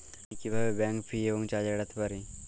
আমি কিভাবে bank fee এবং চার্জ এড়াতে পারি?